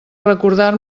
recordar